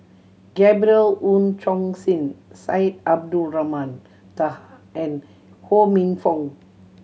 Gabriel Oon Chong Jin Syed Abdulrahman Taha and Ho Minfong